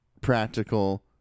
Practical